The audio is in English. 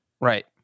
Right